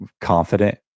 confident